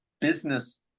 business